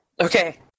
okay